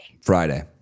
Friday